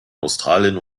australien